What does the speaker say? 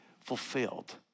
fulfilled